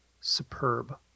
superb